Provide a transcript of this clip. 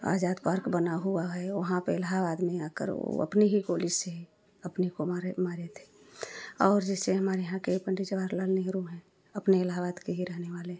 आजाद park बना हुआ है वहाँ पर इलाहाबाद में आकर वह अपनी ही गोली से अपने को मारे मारे थे और जैसे हमारे यहाँ के पंडित जवाहरलाल नेहरू हैं अपने इलाहाबाद के ही रहने वाले हैं